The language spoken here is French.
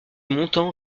montant